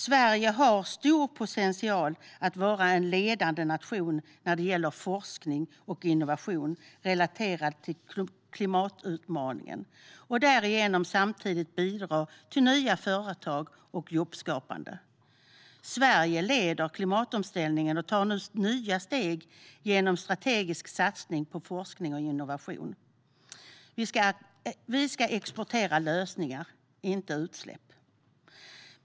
Sverige har stor potential att vara en ledande nation för forskning och innovationer relaterat till klimatutmaningen. Därigenom kan vi samtidigt bidra till nya företag och jobbskapande. Sverige leder klimatomställningen och tar nu nya steg genom en strategisk satsning på forskning och innovation. Vi ska exportera lösningar, inte utsläpp.